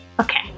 Okay